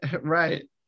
Right